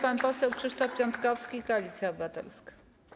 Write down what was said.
Pan poseł Krzysztof Piątkowski, Koalicja Obywatelska.